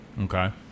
okay